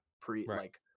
pre-like